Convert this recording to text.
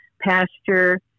pasture